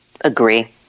Agree